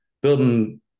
building